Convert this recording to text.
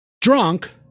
drunk